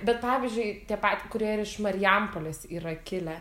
bet pavyzdžiui tie pat kurie ir iš marijampolės yra kilę